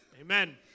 Amen